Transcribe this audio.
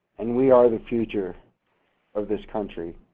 and we are the future of this country.